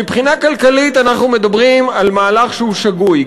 מבחינה כלכלית אנחנו מדברים על מהלך שהוא שגוי,